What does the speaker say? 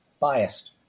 biased